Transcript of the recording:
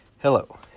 Hello